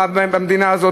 במדינה הזאת,